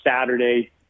saturday